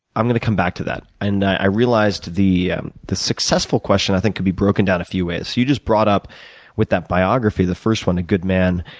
i am going to come back to that and i realized the the successful question i think could be broken down in a few ways. you just brought up with that biography, the first one a good man.